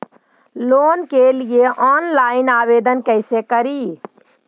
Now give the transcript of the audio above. Loan के लिये online आवेदन कैसे करि?